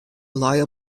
lei